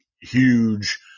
huge